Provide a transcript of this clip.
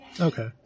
Okay